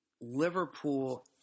Liverpool